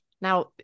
now